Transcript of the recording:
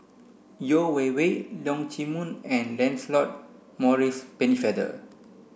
Yeo Wei Wei Leong Chee Mun and Lancelot Maurice Pennefather